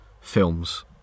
films